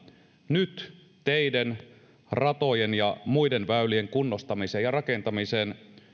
nyt teiden ratojen ja muiden väylien kunnostamiseen ja rakentamiseen